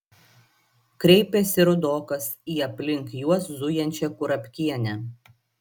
kreipėsi rudokas į aplink juos zujančią kurapkienę